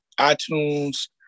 iTunes